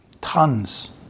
Tons